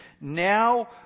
now